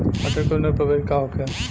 मटर के उन्नत प्रभेद का होखे?